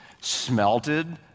smelted